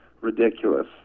ridiculous